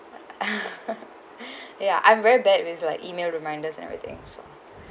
ya I'm very bad which like email reminders and everything so